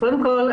קודם כל,